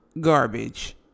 garbage